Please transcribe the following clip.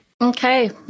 Okay